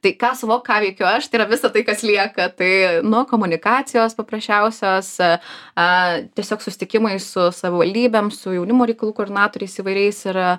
tai ką suvok ką veikiu aš tai yra visa tai kas lieka tai nuo komunikacijos paprasčiausios aaa tiesiog susitikimai su savivaldybėm su jaunimo reikalų koordinatoriais įvairiais ir nu